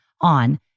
on